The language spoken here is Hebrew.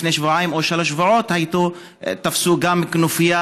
לפני שבועיים או שלושה שבועות תפסו גם כנופיה,